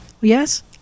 yes